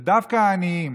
ודווקא על העניים